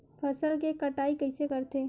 फसल के कटाई कइसे करथे?